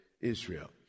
Israel